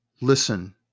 Listen